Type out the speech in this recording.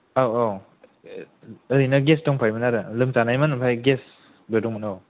औ औ ओरैनो गेस दंखायोमोन आरो लोमजानायमोन ओमफ्राय गेसबो दं औ